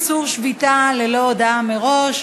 איסור שביתה ללא הודעה מראש),